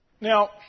Now